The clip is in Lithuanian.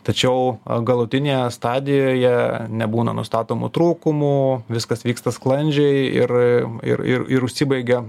tačiau galutinėje stadijoje nebūna nustatomų trūkumų viskas vyksta sklandžiai ir ir ir užsibaigia